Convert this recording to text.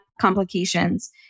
complications